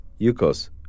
Yukos